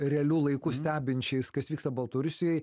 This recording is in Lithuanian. realiu laiku stebinčiais kas vyksta baltarusijoj